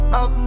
up